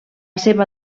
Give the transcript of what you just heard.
seva